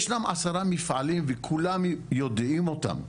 ישנם עשרה מפעלים וכולם יודעים אותם.